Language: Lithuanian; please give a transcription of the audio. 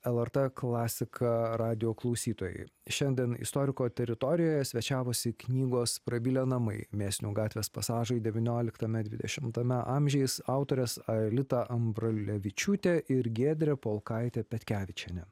lrt klasika radijo klausytojai šiandien istoriko teritorijoje svečiavosi knygos prabilę namai mėsinių gatvės pasažai devynioliktame dvidešimtame amžiais autorės aelita ambrulevičiūtė ir giedrė polkaitė petkevičienė